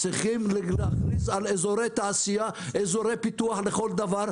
צריכים להכריז על אזורי תעשייה כאזורי פיתוח לכל דבר,